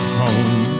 home